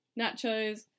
nachos